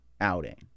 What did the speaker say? outing